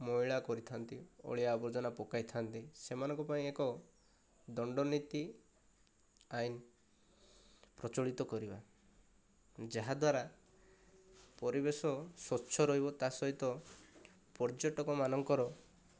ମଇଳା କରିଥାନ୍ତି ଅଳିଆ ଆବର୍ଜନା ପକାଇଥାନ୍ତି ସେମାନଙ୍କ ପାଇଁ ଏକ ଦଣ୍ଡନୀତି ଆଇନ ପ୍ରଚଳିତ କରିବା ଯାହାଦ୍ୱାରା ପରିବେଶ ସ୍ୱଚ୍ଛ ରହିବ ତା ସହିତ ପର୍ଯ୍ୟଟକ ମାନଙ୍କର